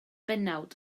bennawd